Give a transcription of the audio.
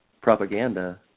propaganda